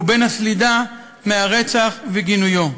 ובין הסלידה מהרצח וגינויו.